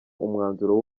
umwanzuro